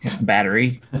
battery